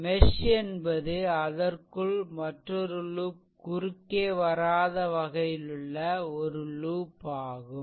mesh என்பது அதற்குள் மற்றொரு லூப் குறுக்கே வராத வகையிலுள்ள ஒரு லூப் ஆகும்